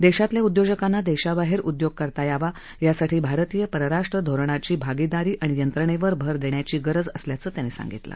देशातल्या उद्योजकांना देशाबाहेर उद्योग करता यावा यासाठी भारतीय परराष्ट्र धोरण्याची भागीदारी आणि यंत्रणेवर अर देण्याची गरज असल्याचं त्यांनी सांगितलं